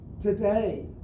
today